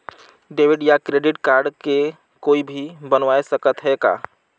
Debit या credit card के कोई भी बनवाय सकत है का?